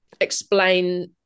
explain